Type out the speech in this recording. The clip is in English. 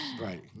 Right